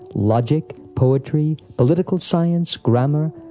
logic, poetry, political science, grammar,